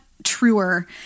truer